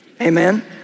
Amen